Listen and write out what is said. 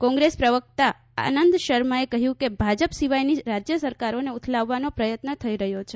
કોગ્રેસ પ્રવકતા આનંદ શર્માએ કહ્યુ કે ભાજપ સિવાયની રાજય સરકારોને ઉથલાવવાનો પ્રયત્ન થઇ રહ્યો છે